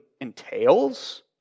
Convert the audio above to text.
entails